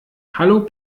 hallo